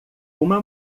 uma